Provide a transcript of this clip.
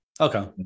Okay